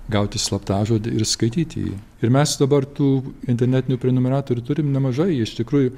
gauti slaptažodį ir skaityti jį ir mes dabar tų internetinių prenumeratorių turim nemažai iš tikrųjų